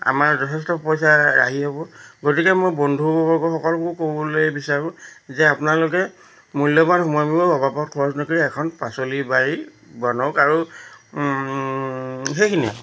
আমাৰ যথেষ্ট পইচা ৰাহি হ'ব গতিকে মই বন্ধুবৰ্গসকলকো ক'বলৈ বিচাৰোঁ যে আপোনালোকে মূল্যৱান সময়বোৰ অবাবত খৰচ নকৰি এখন পাচলি বাৰী বনাওক আৰু সেইখিনিয়ে আৰু